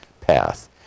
path